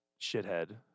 shithead